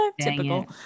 Typical